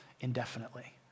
indefinitely